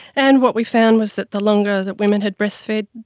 and what we found was that the longer that women had breastfed,